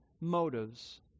motives